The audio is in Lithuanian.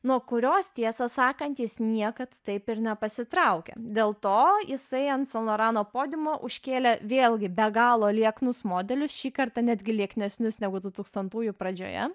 nuo kurios tiesą sakant jis niekad taip ir nepasitraukė dėl to jisai ant san lorano podiumo užkėlė vėlgi be galo lieknus modelius šį kartą netgi lieknesnius negu dutūkstantųjų pradžioje